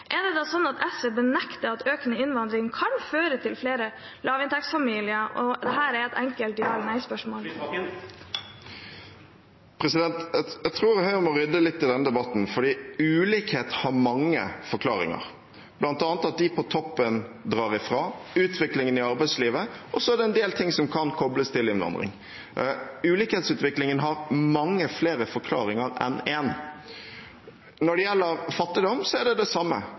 Er det da slik at SV benekter at økende innvandring kan føre til flere lavinntektsfamilier, og at dette er et enkelt …… spørsmål? Lysbakken – vær så god. Jeg tror Høyre må rydde litt i denne debatten, fordi ulikhet har mange forklaringer, bl.a. at de på toppen drar ifra, utviklingen i arbeidslivet – og så er det en del ting som kan kobles til innvandring. Ulikhetsutviklingen har mange flere forklaringer enn én. Når det gjelder fattigdom, er det det samme.